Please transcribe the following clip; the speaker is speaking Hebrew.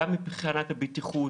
גם מבחינת הבטיחות